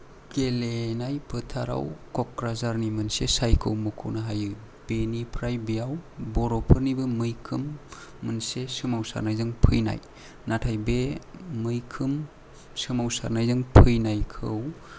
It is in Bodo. गेलेनाय फोथाराव क'क्राझारनि मोनसे सायखौ मख'नो हायो बेनिफ्राय बेयाव बर'फोरनिबो मैखोम मोनसे सोमावसारनायजों फैनाय नाथाय बे मैखोम सोमावसारनायजों फैनायखौ